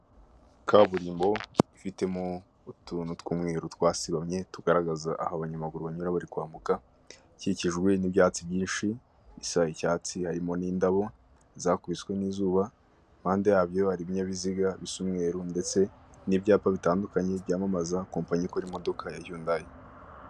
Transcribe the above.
Kaburimbo ifitemo utuntu tw'umweru twasibamye tugaragaza aho abanyamaguru banyura bari kwambuka, ikikijwe n'ibatsi byinshi bisa icyatsi hari n'indabo zakubiswe n'izuba, impande yabyo hari ibinyabiziga bisa umweru, ndetse n'ibyapa byamamaza kompanyi ikora imodoka ya yundayi.